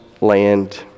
land